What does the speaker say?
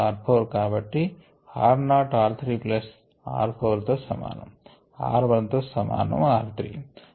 కాబట్టి r naught r 3 plus r 4 తో సమానం r 1 తో సమానం r3 r 2 తో సమానం r 4